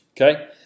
Okay